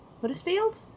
Huddersfield